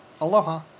Aloha